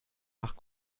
nach